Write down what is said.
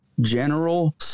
General